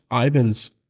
Ivan's